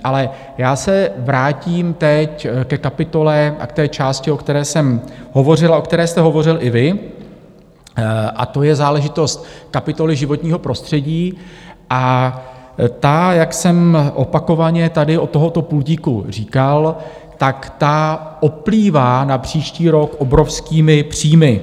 Ale já se vrátím teď ke kapitole a k té části, o které jsem hovořil a o které jste hovořil i vy, to je záležitost kapitoly životního prostředí, a ta, jak jsem opakovaně tady od tohoto pultíku říkal, oplývá na příští rok obrovskými příjmy.